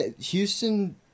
Houston